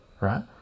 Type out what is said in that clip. right